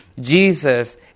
Jesus